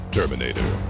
Terminator